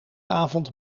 avond